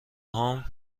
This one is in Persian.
هام